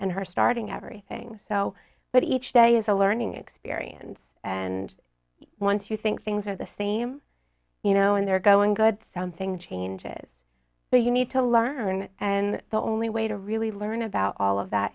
and her starting every things so but each day is a learning experience and once you think things are the same you know when they're going good something changes that you need to learn and the only way to really learn about all of that